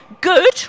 good